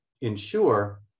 ensure